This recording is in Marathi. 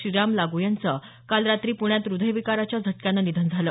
श्रीराम लागू यांचं काल रात्री प्ण्यात हृदयविकाराच्या झटक्यानं निधन झालं